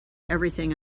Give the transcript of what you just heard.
everything